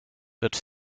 wird